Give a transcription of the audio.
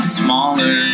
smaller